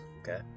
Okay